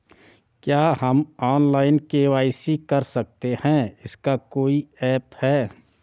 क्या हम online KYC कर सकते हैं इसका कोई ऐप है?